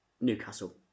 Newcastle